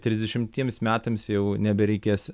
trisdešimtiems metams jau nebereikės